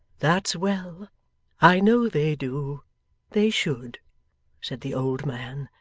that's well i know they do they should said the old man.